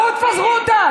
בואו, תפזרו אותה.